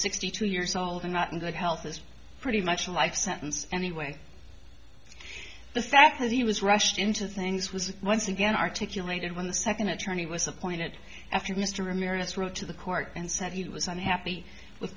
sixty two years old or not in good health is pretty much a life sentence anyway the sack has he was rushed into things was once again articulated when the second attorney was appointed after mr ramirez wrote to the court and said he was unhappy with